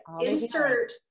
insert